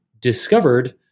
discovered